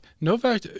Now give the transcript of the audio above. Novak